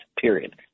period